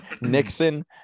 Nixon